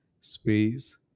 space